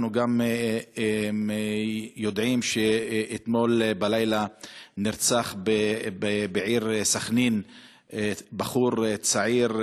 אנחנו גם יודעים שאתמול בלילה נרצח בעיר סח'נין בחור צעיר,